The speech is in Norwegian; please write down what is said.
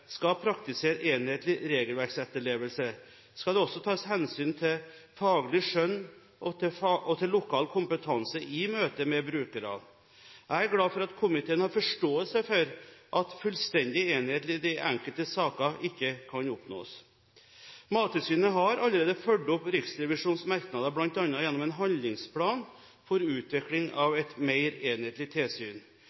skal praktisere enhetlig regelverksetterlevelse, skal det også ta hensyn til faglig skjønn og lokal kompetanse i møtet med brukerne. Jeg er glad for at komiteen har forståelse for at fullstendig enhetlighet i de enkelte sakene ikke kan oppnås. Mattilsynet har allerede fulgt opp Riksrevisjonens merknader, bl.a. gjennom en handlingsplan for utvikling av